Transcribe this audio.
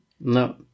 No